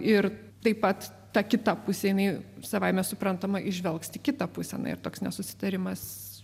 ir taip pat ta kita pusė jinai savaime suprantama įžvelgs tik kitą pusę ir toks nesusitarimas